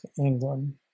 England